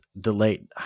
delayed